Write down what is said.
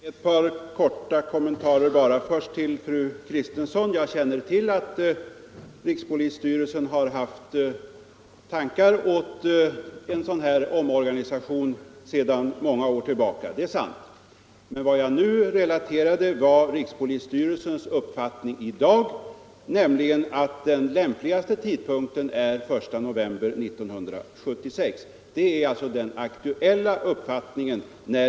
Herr talman! Bara ett par korta kommentarer. Till fru Kristensson vill jag säga att jag naturligtvis vet att rikspolisstyrelsen i många år haft tankar på en omorganisation — det är sant. Men vad jag nu relaterade var rikspolisstyrelsens uppfattning i dag, nämligen att den lämpligaste tidpunkten att genomföra en omorganisation är den 1 november 1976. Det är rikspolisstyrelsens aktuella uppfattning.